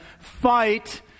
fight